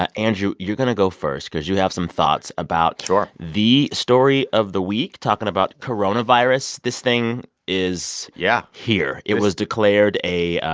ah andrew, you're going to go first cause you have some thoughts about. sure. the story of the week talking about coronavirus. this thing is. yeah. here. it was declared a